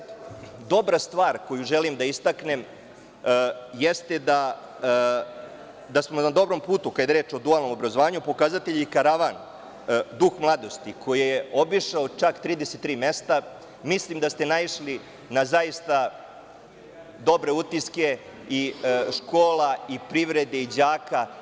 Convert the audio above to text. Dobra stvar koju želim da istaknem jeste da smo na dobrom putu, kada je reč o dualnom obrazovanju, pokazatelji karavan „Duh mladosti“, koji je obišao čak 33 mesta, mislim da ste naišli na zaista dobre utiske i škola i privrede i đaka.